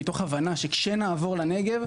מתוך הבנה שכאשר נעבור לנגב,